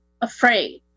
afraid